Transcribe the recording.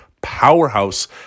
powerhouse